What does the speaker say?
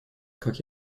как